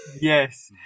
Yes